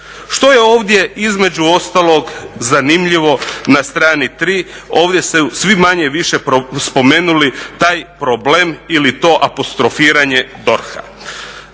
Što je ovdje, između ostalog, zanimljivo na strani 3.? Ovdje ste svi manje-više spomenuli taj problem ili to apostrofiranje DORH-a.